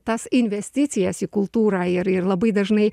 tas investicijas į kultūrą ir ir labai dažnai